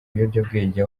ibiyobyabwenge